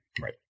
Right